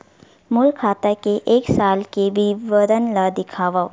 मोर खाता के एक साल के विवरण ल दिखाव?